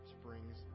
springs